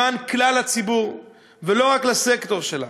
למען כלל הציבור ולא רק לסקטור שלה.